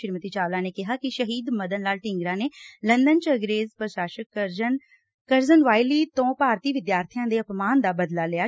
ਸ੍ਰੀਮਤੀ ਚਾਵਲਾ ਨੇ ਕਿਹਾ ਕਿ ਸ਼ਹੀਦ ਮਦਨ ਲਾਲ ਢੀਂਗਰਾ ਨੇ ਲੰਡਨ ਚ ਅੰਗਰੇਜ ਪ੍ਰਸ਼ਾਸਨ ਕਰਜਨ ਵਾਯਲੀ ਤੋਂ ਭਾਰਤੀ ਵਿਦਿਆਰਬੀਆਂ ਦੇ ਅਪਮਾਨ ਦਾ ਬਦਲਾ ਲਿਆ